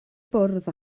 bwrdd